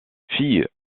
fille